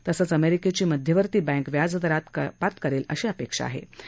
तसंच अमेरिकेची मध्यवर्ती बँक व्याजदरात कपात करेल अशी अपेक्षा होती